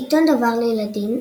עיתון דבר לילדים,